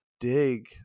dig